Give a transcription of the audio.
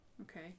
Okay